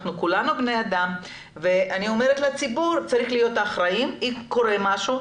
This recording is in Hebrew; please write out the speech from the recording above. כולנו בני אדם ואני אומרת שהציבור צריך להיות אחראי ואם קורה משהו,